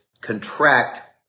contract